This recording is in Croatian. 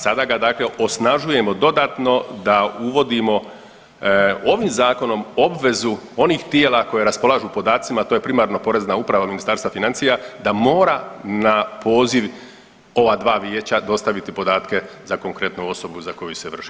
Sada ga dakle, osnažujemo dodatno da uvodimo ovim zakonom obvezu onih tijela koja raspolažu podacima, a to je primarno Porezna uprava Ministarstva financija da mora na poziv ova dva vijeća dostaviti podatke za konkretnu osobu za koju se vrši provjera.